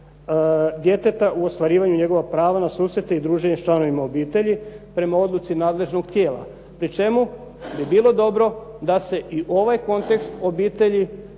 u ostvarivanju njegovih prava na susrete i druženje s članovima obitelji prema odluci nadležnog tijela pri čemu bi bilo dobro da se i ovaj kontekst obitelji